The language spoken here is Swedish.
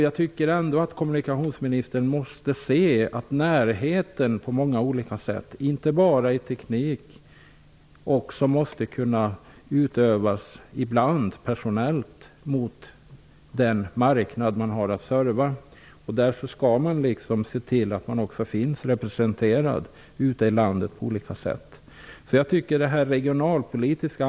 Jag tycker ändå att kommunikationsministern måste se till att närheten ibland utövas personellt, inte bara tekniskt, mot den marknad som skall få service. Därför skall företaget se till att det finns representerat på olika sätt ute i landet.